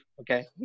Okay